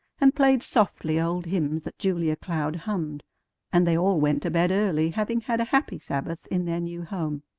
and played softly old hymns that julia cloud hummed and they all went to bed early, having had a happy sabbath in their new home.